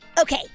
Okay